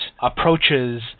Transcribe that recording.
approaches